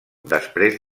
després